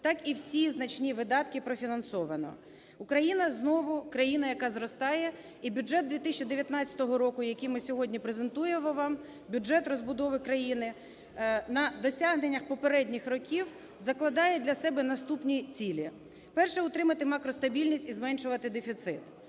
так і всі значні видатки профінансовано. Україна знову країна, яка зростає. І бюджет 2019 року, який ми сьогодні презентуємо вам, бюджет розбудови країни, на досягнення попередніх років закладає для себе наступні цілі. Перше. Утримати макростабільність і зменшувати дефіцит.